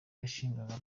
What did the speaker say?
yashinjwaga